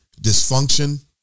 dysfunction